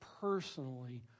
personally